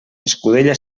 escudella